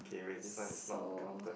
okay wait this one is not counted